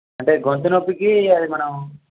అంటే గొంతు నొప్పికి అది మనం